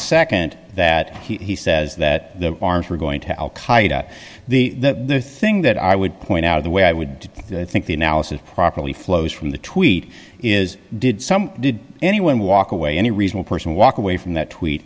nd that he says that the arms were going to al qaeda the thing that i would point out of the way i would think the analysis properly flows from the tweet is did some did anyone walk away any reasonable person walk away from that twee